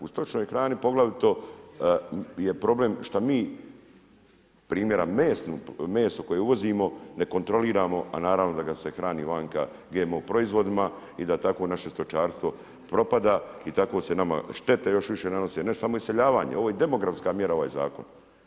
U stočnoj hrani je problem šta mi primjera meso koje uvozimo ne kontroliramo, a naravno da ga se hrani vanka GMO proizvodima i da tako naše stočarstvo propada i tako se nama štete još više nanose ne samo iseljavanje, ovo je demografska mjera ovaj zakon.